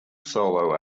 solo